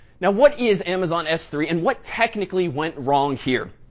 now what is amazon s three, and what technically went wrong here?